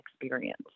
experience